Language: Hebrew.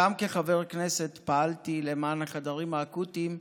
גם כחבר כנסת פעלתי למען החדרים האקוטיים,